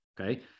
okay